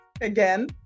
again